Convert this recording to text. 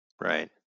Right